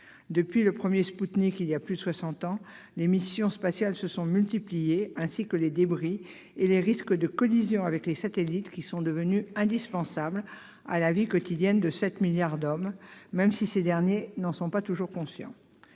Depuis le premier Spoutnik, voilà plus de soixante ans, les missions spatiales se sont multipliées ainsi que les débris et les risques de collision avec des satellites devenus indispensables à la vie quotidienne de plus de 7 milliards d'êtres humains, même si ces derniers n'en sont pas toujours conscients.